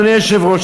אדוני היושב-ראש,